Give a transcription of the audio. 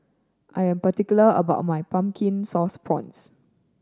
I am particular about my Pumpkin Sauce Prawns